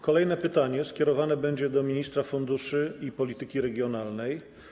Kolejne pytanie skierowane będzie do ministra funduszy i polityki regionalnej.